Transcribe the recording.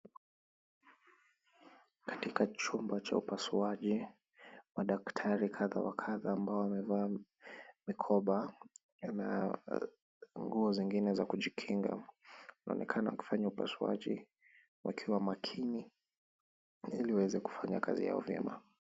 Katika chumba cha upasuaji, madaktari kadha wa kadha ambao wamevaa mikoba na nguo zingine za kujikinga, wanaonekana kufanya upasuaji wakiwa makini ili waweze kufanya kazi yao vyema.